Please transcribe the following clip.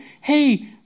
Hey